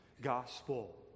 gospel